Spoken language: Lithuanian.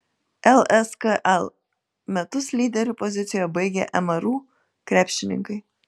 lskl metus lyderių pozicijoje baigė mru krepšininkai